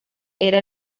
era